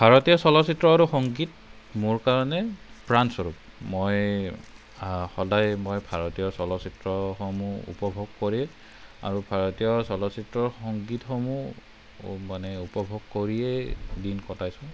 ভাৰতীয় চলচ্চিত্ৰ আৰু সংগীত মোৰ কাৰণে প্ৰাণস্বৰূপ মই সদায় মই ভাৰতীয় চলচ্চিত্ৰসমূহ উপভোগ কৰি আৰু ভাৰতীয় চলচ্চিত্ৰৰ সংগীতসমূহ মানে উপভোগ কৰিয়েই দিন কটাইছোঁ